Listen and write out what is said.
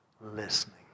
listening